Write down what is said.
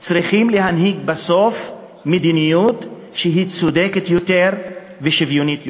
צריכים בסוף להנהיג מדיניות שהיא צודקת יותר ושוויונית יותר.